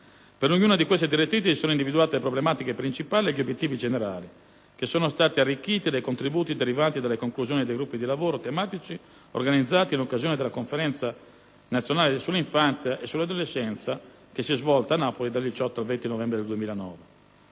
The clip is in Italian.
Per ognuna di queste direttrici si sono individuate le problematiche principali e gli obiettivi generali, che sono stati arricchiti dai contributi derivanti dalle conclusioni dei gruppi di lavoro tematici organizzati in occasione della Conferenza nazionale sull'infanzia e sull'adolescenza, svoltasi a Napoli dal 18 al 20 novembre 2009.